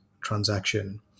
transaction